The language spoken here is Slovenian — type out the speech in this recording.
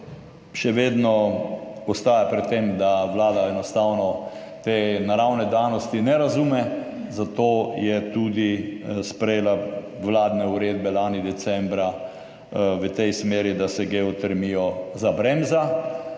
še vedno ostaja pri tem, da vlada enostavno te naravne danosti ne razume, zato je tudi sprejela vladne uredbe lani decembra v tej smeri, da se geotermijo zabremza.